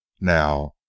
Now